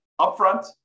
upfront